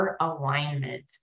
alignment